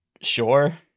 sure